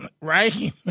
right